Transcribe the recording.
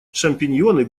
шампиньоны